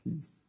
peace